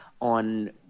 on